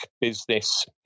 business